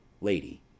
Lady